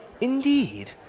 Indeed